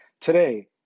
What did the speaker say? Today